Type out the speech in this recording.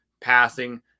passing